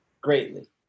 Greatly